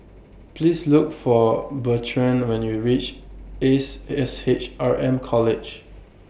Please Look For Bertrand when YOU REACH Ace S H R M College